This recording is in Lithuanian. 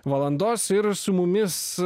valandos ir su mumis